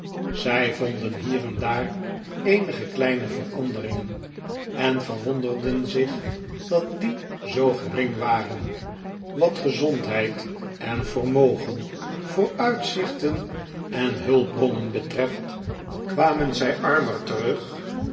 zij vonden hier en daar eenige kleine veranderingen en verwonderden zich dat die zoo gering waren wat gezondheid en vermogen vooruitzichten en hulpbronnen betreft kwamen zij armer terug